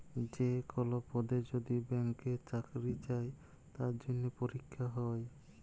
যে কল পদে যদি ব্যাংকে চাকরি চাই তার জনহে পরীক্ষা হ্যয়